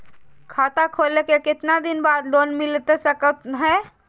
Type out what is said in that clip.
खाता खोले के कितना दिन बाद लोन मिलता सको है?